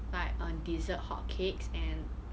like uh dessert hotcakes and